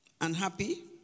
unhappy